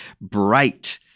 bright